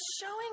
showing